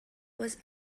was